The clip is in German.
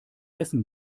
essen